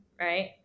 right